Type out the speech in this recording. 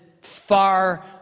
far